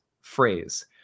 phrase